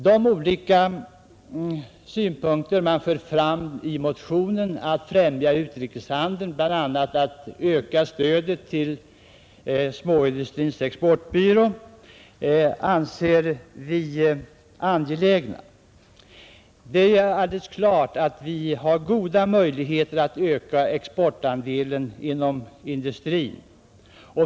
De olika synpunkter som förts fram i motionen om främjande av utrikeshandeln, bl.a. att öka stödet till småindustrins exportbyrå, anser vi angelägna. Det är alldeles klart att vi har goda möjligheter att öka exportandelen inom industrin.